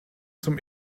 zum